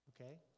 okay